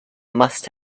must